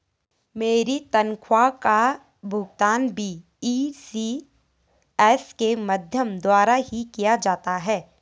मेरी तनख्वाह का भुगतान भी इ.सी.एस के माध्यम द्वारा ही किया जाता है